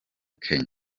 kenya